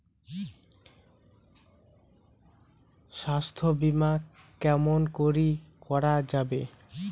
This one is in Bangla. স্বাস্থ্য বিমা কেমন করি করা যাবে?